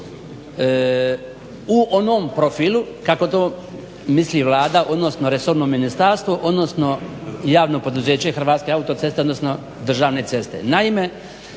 u onom profilu kako to misli Vlada, odnosno resorno ministarstvo, odnosno javno poduzeće Hrvatske autoceste, odnosno Državne ceste.